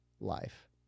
life